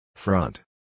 Front